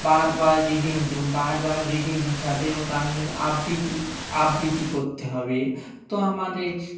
বারবারার reading বারবার reading দিতে হবে এবং গানগুলি আবৃত্তি আবৃত্তি করতে হবে তো আমাদের